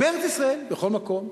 בנגב, בארץ-ישראל, בכל מקום.